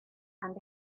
and